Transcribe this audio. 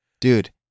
dude